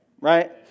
right